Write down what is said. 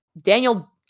Daniel